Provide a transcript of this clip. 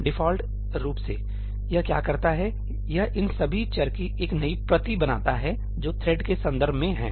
default रूप से यह क्या करता है यह इन सभी चर की एक नई प्रति बनाता है जो थ्रेड के संदर्भ में हैं